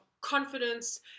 confidence